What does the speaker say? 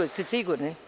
Jeste sigurni?